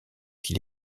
qui